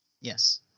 yes